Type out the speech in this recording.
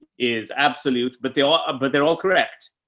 is absolute, but they all are, but they're all correct.